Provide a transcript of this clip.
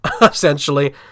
essentially